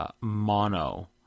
Mono